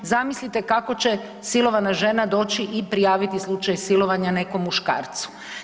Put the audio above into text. Zamislite kako će silovana žena doći i prijaviti slučaj silovanja nekom muškarcu.